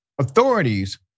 Authorities